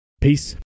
Peace